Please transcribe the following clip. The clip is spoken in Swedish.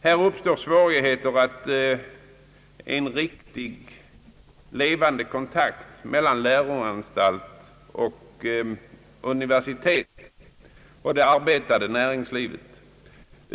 Här uppstår svårigheter för en riktig, levande kontakt mellan läroanstalter och universitet å ena sidan och det arbetande näringslivet å den andra.